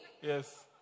Yes